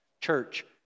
Church